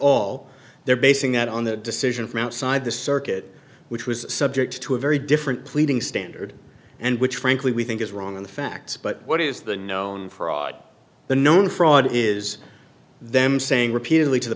all they're basing that on that decision from outside the circuit which was subject to a very different pleading standard and which frankly we think is wrong on the facts but what is the known fraud the known fraud is them saying repeatedly to the